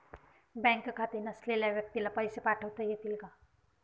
Bank खाते नसलेल्या व्यक्तीला पैसे पाठवता येतील का?